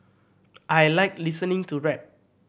I like listening to rap